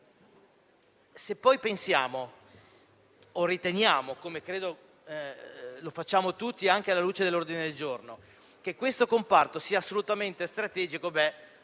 Se poi riteniamo, come credo facciamo tutti, anche alla luce dell'ordine del giorno, che questo comparto sia assolutamente strategico,